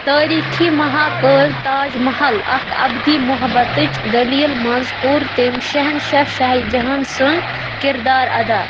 تٲریٖخی مہاکاوی تاج محل اکھ اَبدی محبتٕچ دلیٖل منٛز کوٚر تٔمۍ شہنشاہ شاہ جہاں سُنٛد کردار ادا